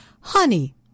honey